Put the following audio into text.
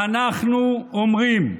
ואנחנו אומרים: